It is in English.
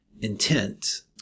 intent